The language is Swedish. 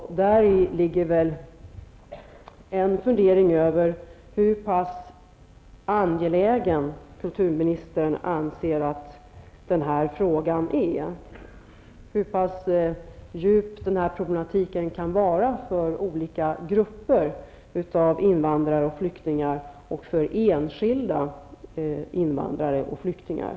Däri ligger en fundering över hur pass angelägen kulturministern anser att denna fråga är och hur pass djup denna problematik kan vara för olika grupper av invandrare och flyktingar och för enskilda invandrare och flyktingar.